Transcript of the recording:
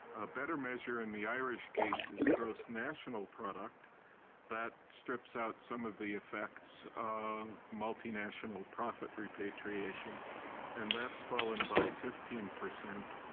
a better measure in the irish case is gross national product that strips out some of the effects of multinational profit repatriation and that's fallen by fifteen per cent.